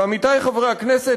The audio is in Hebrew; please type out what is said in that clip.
ועמיתי חברי הכנסת,